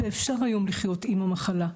אפשר היום לחיות עם המחלה,